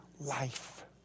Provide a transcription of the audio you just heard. life